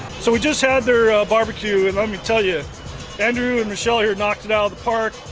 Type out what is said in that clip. so we just had their barbecue and let me tell you andrew and michelle here knocked it out of the park!